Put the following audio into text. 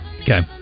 Okay